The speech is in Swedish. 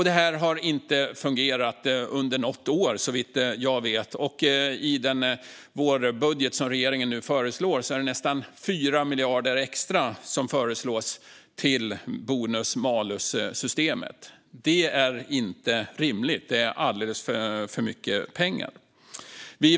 Detta har dock inte fungerat under något år, såvitt jag vet, och i vårbudgeten föreslås nästan 4 miljarder extra gå till bonus malus-systemet. Det är inte rimligt; det är alldeles för mycket pengar.